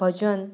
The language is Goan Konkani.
भजन